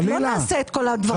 לא נעשה את הדברים האלה,